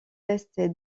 ouest